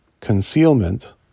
concealment